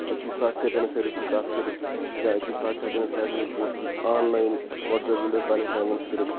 اَکِی ساتہٕ چھِ ہیٚکان أسۍ کٔرتھ سارنٕے سۭتۍ کَتھ کٔرِتھ یا اَکِی ساتہٕ چھِ ہیٚکان سارنٕے بُتھ وچھِتھ online WhatsApp video call ہیٚکان أسۍ کٔرِتھ